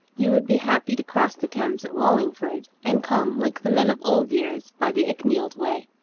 you would be happy to cross the thames at wallingford and come like the men of old years by the icknield way.